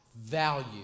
value